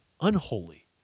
unholy